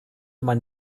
man